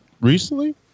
recently